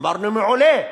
אמרנו: מעולה.